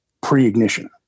pre-ignition